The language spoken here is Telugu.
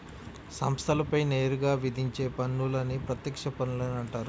సంస్థలపై నేరుగా విధించే పన్నులని ప్రత్యక్ష పన్నులని అంటారు